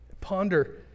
Ponder